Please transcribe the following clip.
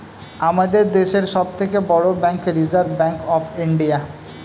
আমাদের দেশের সব থেকে বড় bank reserve bank of India